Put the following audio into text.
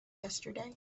yesterday